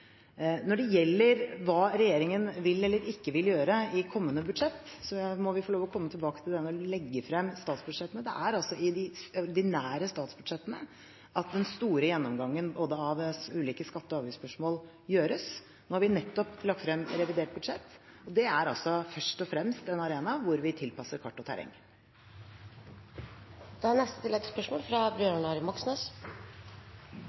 Når det gjelder hva regjeringen vil eller ikke vil gjøre i kommende budsjett, må vi få lov til å komme tilbake til det når vi legger frem statsbudsjettene. Det er i de ordinære statsbudsjettene at den store gjennomgangen av ulike skatte- og avgiftsspørsmål gjøres. Vi har nettopp lagt frem revidert budsjett. Det er først og fremst en arena hvor vi tilpasser kart og